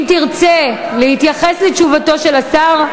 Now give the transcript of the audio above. אם תרצה להתייחס לתשובתו של השר,